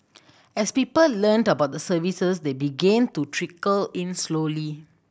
as people learnt about the services they began to trickle in slowly